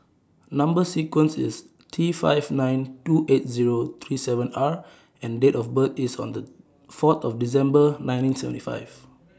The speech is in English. Number sequence IS T five nine two eight Zero three seven R and Date of birth IS Under four December nineteen seventy five